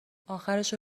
آخرشو